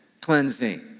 cleansing